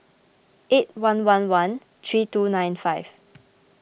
eight one one one three two nine five